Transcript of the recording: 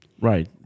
Right